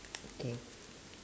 okay